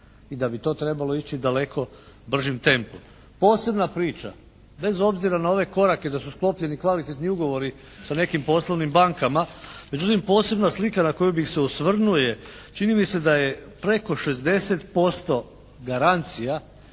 i da bi to trebalo ići daleko bržim tempom. Posebna priča bez obzira na one korake da su sklopljeni kvalitetni ugovori sa nekim poslovnim bankama, međutim posebna slika na koju bih se osvrnuo je čini mi se da je preko 60% garancija